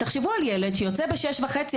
תחשבו על ילד שיוצא ב-6:30,